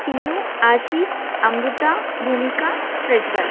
Chinnu Ashish Amrita Bhumika Prajwal